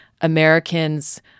Americans